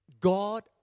God